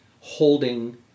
holding